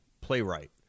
playwright